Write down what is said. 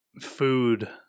food